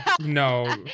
no